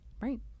right